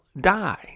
die